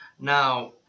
Now